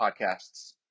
podcasts